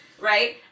Right